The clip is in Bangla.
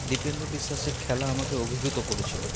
দিপেন্দু বিশ্বাসের খেলা আমাকে অভিভুত করেছিল